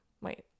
wait